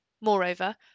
Moreover